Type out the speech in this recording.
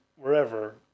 Wherever